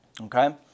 Okay